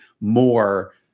more